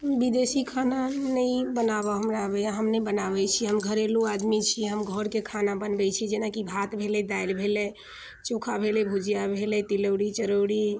विदेशी खाना नहि बनाबऽ हमरा आबैये हम नहि बनाबै छी हम घरेलू आदमी छी हम घरके खाना बनबै छी जेना की भात भेलै दालि भेलै चोखा भेलै भुजिआ भेलै तिलौरी चरौरी